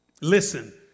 Listen